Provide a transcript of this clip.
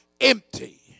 empty